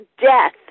death